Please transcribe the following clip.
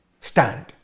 Stand